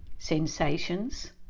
sensations